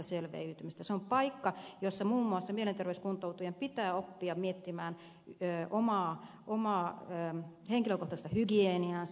se on paikka jossa muun muassa mielenterveyskuntoutujien pitää oppia miettimään omaa henkilökohtaista hygieniaansa